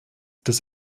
des